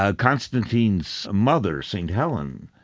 ah constantine's mother, st. helen,